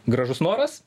gražus noras